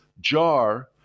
jar